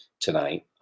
Tonight